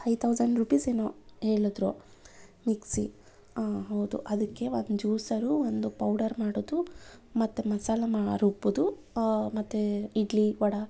five thousand rupees ಏನೋ ಹೇಳಿದ್ರು mixie ಹೌದು ಅದಕ್ಕೆ ಒಂದು ಜೂಸರು ಒಂದು ಪೌಡರ್ ಮಾಡೋದು ಮತ್ತು ಮಸಾಲೆ ಮಾ ರೂಬ್ಬೋದು ಮತ್ತು ಇಡ್ಲಿ ವಡೆ